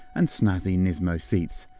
and snazzy nismo seats.